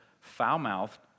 foul-mouthed